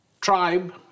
tribe